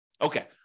Okay